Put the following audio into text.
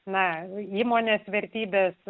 medžiagų įmonės vertybes